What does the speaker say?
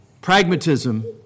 pragmatism